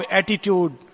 attitude